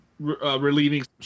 Relieving